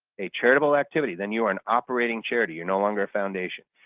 a charitable activity then you are an operating charity. you're no longer a foundation.